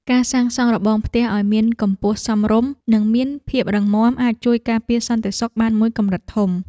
ការសាងសង់របងផ្ទះឱ្យមានកម្ពស់សមរម្យនិងមានភាពរឹងមាំអាចជួយការពារសន្តិសុខបានមួយកម្រិតធំ។